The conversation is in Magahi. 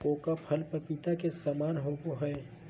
कोको फल पपीता के समान होबय हइ